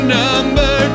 number